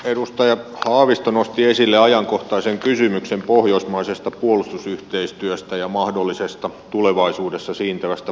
edustaja haavisto nosti esille ajankohtaisen kysymyksen pohjoismaisesta puolustusyhteistyöstä ja mahdollisesta tulevaisuudessa siintävästä puolustussopimuksesta